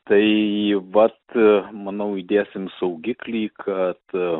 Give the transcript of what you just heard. tai vat manau įdėsim saugiklį kad